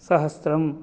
सहस्रम्